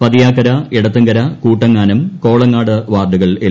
പതിയാക്കര എട്ത്തുംകര കൂട്ടങ്ങാനം കോളങ്ങാട് വാർഡുകൾ എൽ